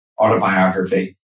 autobiography